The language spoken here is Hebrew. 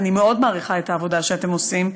אני מאוד מעריכה את העבודה שאתם עושים,